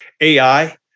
AI